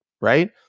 right